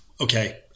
okay